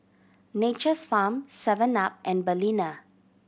Nature's Farm seven Up and Balina